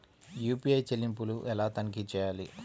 UPI చెల్లింపులు ఎలా తనిఖీ చేయాలి?